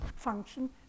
Function